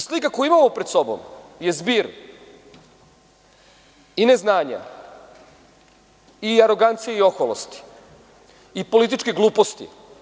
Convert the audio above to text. Slika koju imamo pred sobom je zbir i neznanja i arogancije i oholosti i političke gluposti.